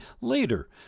later